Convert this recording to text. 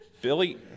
Billy